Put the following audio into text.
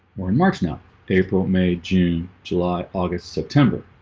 we're in marks now april may june july august september